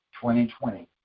2020